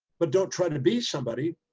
but don't try to be somebody.